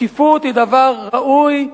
שקיפות היא דבר ראוי,